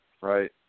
Right